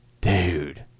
dude